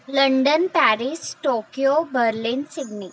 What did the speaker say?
London Paris Tokyo Berlin Sydney